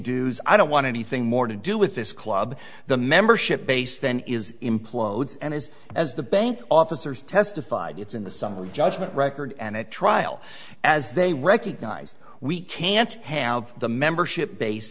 dues i don't want anything more to do with this club the membership base then is implodes and is as the bank officers testified it's in the summary judgment record and at trial as they recognize we can't have the membership base